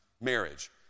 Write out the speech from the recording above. marriage